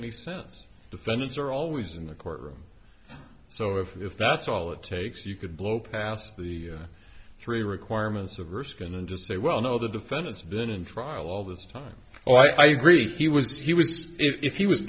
any sense defendants are always in the courtroom so if that's all it takes you could blow past the three requirements of erskin and just say well no the defendant's been in trial all the time so i agree he was he would if he was